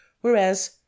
whereas